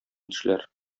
тешләр